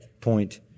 point